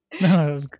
No